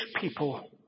people